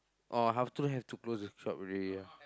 oh afternoon have to close the shop already ah